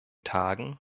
tagen